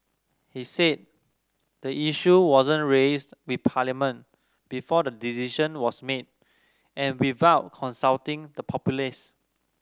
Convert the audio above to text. he said the issue wasn't raised with parliament before the decision was made and without consulting the populace